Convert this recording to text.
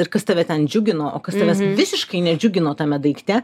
ir kas tave ten džiugino o kas tavęs visiškai nedžiugino tame daikte